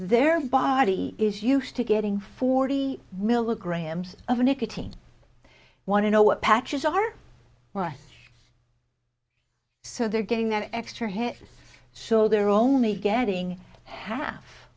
their body is used to getting forty milligrams of nicotine you want to know what patches are right so they're getting an extra hit so they're only getting half